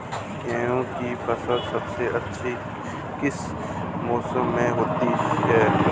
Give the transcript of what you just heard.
गेंहू की फसल सबसे अच्छी किस मौसम में होती है?